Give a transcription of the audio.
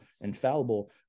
infallible